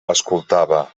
escoltava